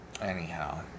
Anyhow